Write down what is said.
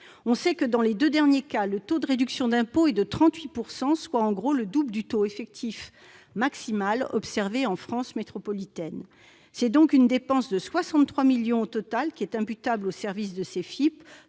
On sait que, dans les deux derniers cas, le taux de réduction d'impôt est de 38 %, soit environ le double du taux effectif maximal observé en France métropolitaine. C'est donc une dépense de 63 millions d'euros au total qui est imputable à ces FIP,